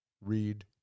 Read